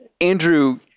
Andrew